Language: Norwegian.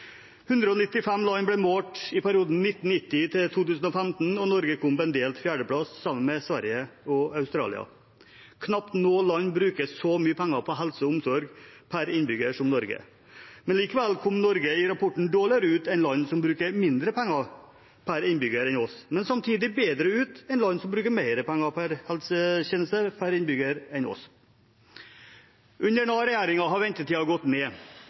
195 land ble målt i perioden 1990–2015, og Norge kom på en delt fjerdeplass sammen med Sverige og Australia. Knapt noe land bruker så mye penger på helse og omsorg per innbygger som Norge. Likevel kom Norge i rapporten dårligere ut enn land som bruker mindre penger per innbygger enn oss, men samtidig bedre ut enn land som bruker mer penger på helsetjenester per innbygger enn oss. Under denne regjeringen har ventetiden gått ned. 63 000 færre står i sykehuskø. Vi har økt aktiviteten i sykehusene med